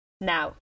Now